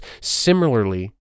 Similarly